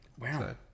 Wow